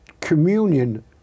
communion